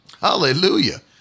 Hallelujah